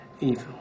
evil